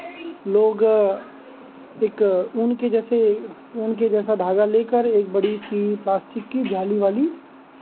लोग एक ऊन के जैसे ऊन के जैसा धागा लेकर एक बड़ी सी प्लास्टिक की जाली वाली